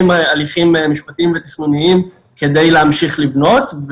הליכים משפטיים ותכנוניים כדי להמשיך לבנות.